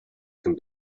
can